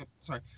Sorry